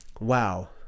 wow